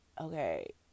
okay